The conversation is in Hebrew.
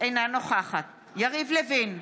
אינה נוכחת יריב לוין,